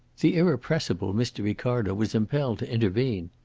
the irrepressible mr. ricardo was impelled to intervene.